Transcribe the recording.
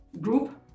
group